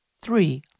three